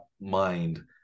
mind